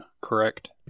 correct